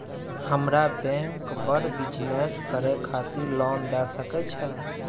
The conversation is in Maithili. हमरा बैंक बर बिजनेस करे खातिर लोन दय सके छै?